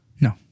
No